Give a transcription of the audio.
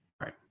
Right